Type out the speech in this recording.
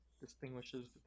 distinguishes